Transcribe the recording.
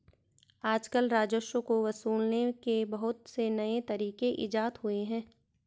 आजकल राजस्व को वसूलने के बहुत से नये तरीक इजात हुए हैं